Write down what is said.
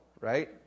right